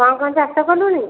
କଣ କଣ ଚାଷ କଲୁଣି